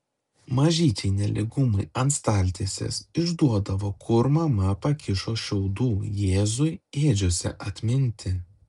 mažyčiai nelygumai ant staltiesės išduodavo kur mama pakišo šiaudų jėzui ėdžiose atminti